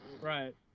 Right